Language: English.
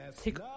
take